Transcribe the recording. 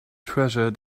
treasure